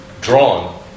drawn